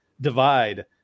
divide